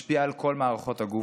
שמשפיעה על כל מערכות הגוף,